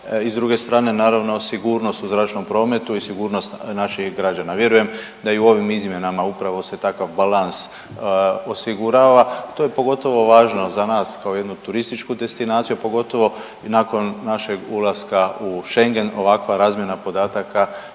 i s druge strane naravno sigurnost u zračnom prometu i sigurnost naših građana. Vjerujem da i u ovim izmjenama upravo se takav balans osigurava. To je pogotovo važno za nas kao jednu turističku destinaciju, a pogotovo nakon našeg ulaska u Schengen ovakva razmjena podataka